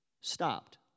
stopped